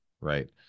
Right